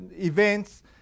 events